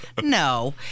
No